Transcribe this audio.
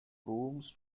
rooms